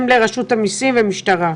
הנושא הראשון הוא נושא הוצאת המכרזים,